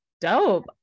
Dope